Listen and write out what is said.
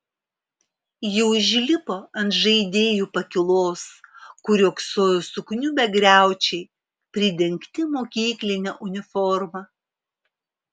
ji užlipo ant žaidėjų pakylos kur riogsojo sukniubę griaučiai pridengti mokykline uniforma